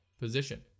position